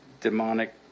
demonic